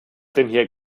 denn